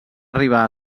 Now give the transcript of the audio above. arribar